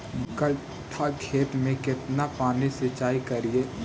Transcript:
दू कट्ठा खेत में केतना पानी सीचाई करिए?